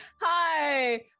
Hi